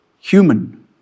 Human